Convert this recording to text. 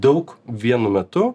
daug vienu metu